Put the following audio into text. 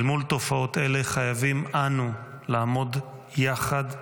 אל מול תופעות אלה חייבים אנו לעמוד יחד,